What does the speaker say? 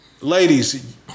Ladies